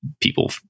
people